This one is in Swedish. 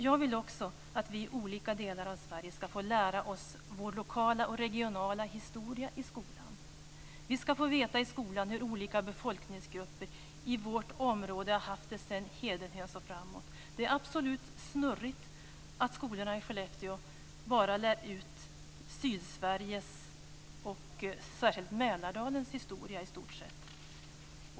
Jag vill också att vi i olika delar av Sverige ska få lära oss vår lokala och regionala historia i skolan. Vi ska få veta i skolan hur olika befolkningsgrupper i vårt område har haft det sedan hedenhös och framåt. Det är absolut snurrigt att skolorna i Skellefteå i stort sett bara lär ut Sydsveriges och särskilt Mälardalens historia.